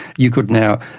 you could now,